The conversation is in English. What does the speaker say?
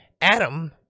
Adam